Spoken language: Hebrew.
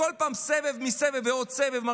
בכל פעם עוד סבב ועוד סבב,